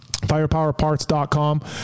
firepowerparts.com